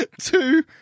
two